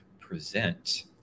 present